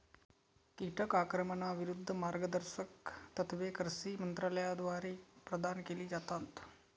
कीटक आक्रमणाविरूद्ध मार्गदर्शक तत्त्वे कृषी मंत्रालयाद्वारे प्रदान केली जातात